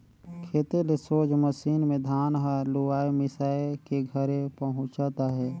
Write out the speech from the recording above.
खेते ले सोझ मसीन मे धान हर लुवाए मिसाए के घरे पहुचत अहे